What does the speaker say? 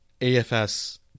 AFS